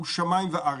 הוא שמים וארץ.